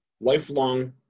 lifelong